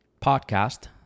podcast